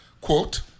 quote